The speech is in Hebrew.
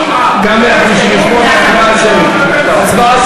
גם על 158 הצבעה שמית.